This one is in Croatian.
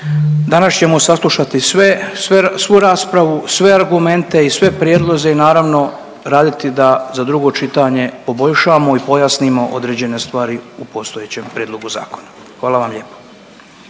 danas ćemo saslušati sve, svu raspravu, sve argumente i sve prijedloze i naravno raditi da za drugo čitanje poboljšamo i pojasnimo određene stvari u postojećem prijedlogu zakona, hvala vam lijepo.